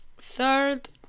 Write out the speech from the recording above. third